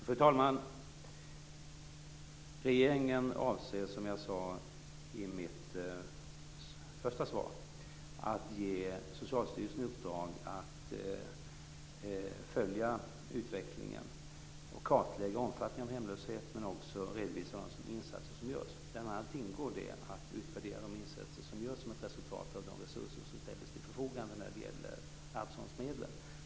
Fru talman! Regeringen avser som jag sade i mitt svar att ge Socialstyrelsen i uppdrag att följa utvecklingen och kartlägga omfattningen av hemlösheten, men också att redovisa de insatser som görs. Bl.a. ingår då att utvärdera de insatser som görs som ett resultat av de resurser som ställdes till förfogande, alltså arvsfondsmedlen.